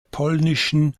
polnischen